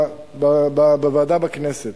בוועדה בכנסת,